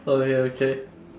okay okay